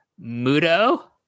Mudo